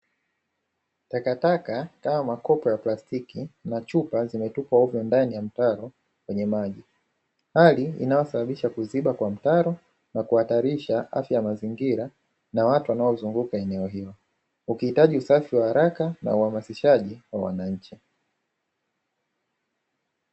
Takataka kama makopo ya plastiki na chupa zimetupwa ovyo ndani ya mtaro kwenye maji, hali inayosababisha kuziba kwa mtaro na kuhatarisha afya ya mazingira na watu wanaozunguka eneo hilo; ukihitaji usafi wa haraka na uhamasishaji wa wananchi.